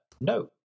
No